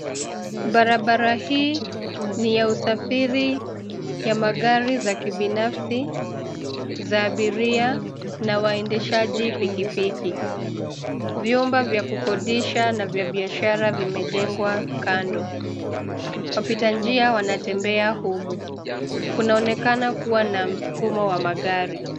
Barabara hii ni ya usafiri ya magari za kibinafsi, za abiria na waendeshaji pikipiki. Vyumba vya kukodisha na vya biashara vimejengwa kando. Wapita njia wanatembea humu. Kunaonekana kuwa na msukumo wa magari.